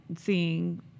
seeing